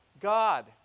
God